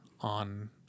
on